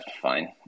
Fine